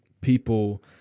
people